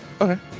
Okay